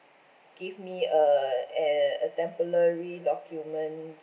give me a a a temporary document